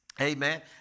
amen